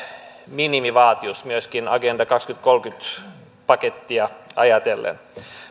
minimivaatimus myöskin agenda kaksituhattakolmekymmentä pakettia ajatellen